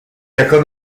jako